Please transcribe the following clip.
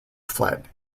fled